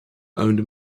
owned